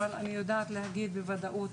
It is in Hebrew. אבל אני יודעת להגיד בוודאות